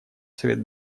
совет